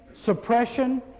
suppression